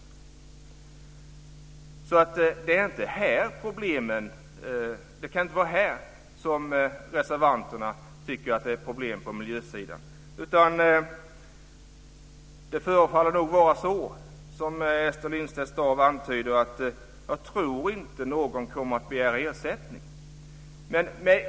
Det kan alltså inte vara i fråga om detta som reservanterna tycker att det är ett problem på miljösidan. Som Ester Lindstedt-Staaf antyder tror jag inte att någon kommer att begära ersättning.